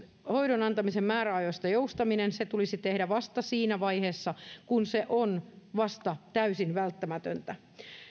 hoidon antamisen määräajoista joustaminen se tulisi tehdä vasta siinä vaiheessa kun se on täysin välttämätöntä